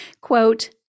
quote